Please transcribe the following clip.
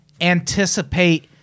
anticipate